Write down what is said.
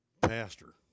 Pastor